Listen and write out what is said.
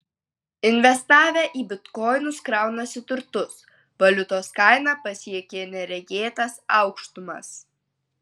investavę į bitkoinus kraunasi turtus valiutos kaina pasiekė neregėtas aukštumas